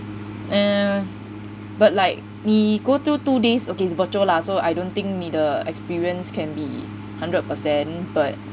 err but like 你 go through two days okay it's virtual lah so I don't think 你的 experience can be hundred percent but